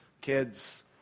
kids